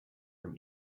from